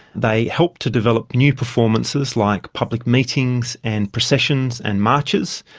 they helped to develop new performances like public meetings and processions and marches,